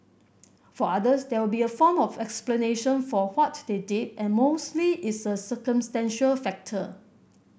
for others there will be a form of explanation for what they did and mostly it's a circumstantial factor